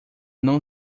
não